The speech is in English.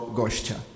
gościa